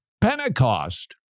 Pentecost